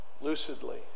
lucidly